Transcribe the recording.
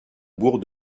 bourg